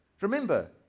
Remember